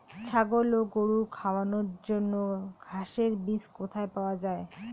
ছাগল ও গরু খাওয়ানোর জন্য ঘাসের বীজ কোথায় পাওয়া যায়?